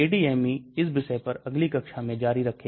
इसलिए हम इस विषय पर अगली कक्षा में भी जारी रखेंगे